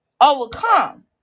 overcome